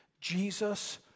Jesus